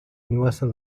universal